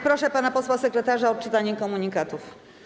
Proszę pana posła sekretarza o odczytanie komunikatów.